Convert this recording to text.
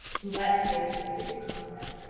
so that's the agency that you contact.